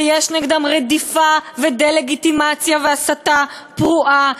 ויש נגדם רדיפה ודה-לגיטימציה והסתה פרועה.